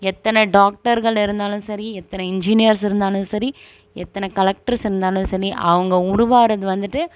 எத்தனை டாக்டர்கள் இருந்தாலும் சரி எத்தனை இன்ஜினியர்ஸ் இருந்தாலும் சரி எத்தனை கலக்ட்ரஸ் இருந்தாலும் சரி அவங்க உருவாகிறது வந்துட்டு